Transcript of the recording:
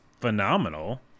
phenomenal